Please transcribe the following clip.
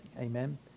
amen